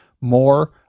more